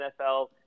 NFL